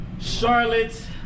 Charlotte